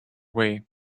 way